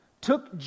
took